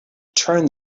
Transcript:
turn